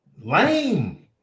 Lame